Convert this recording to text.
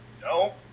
no